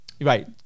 Right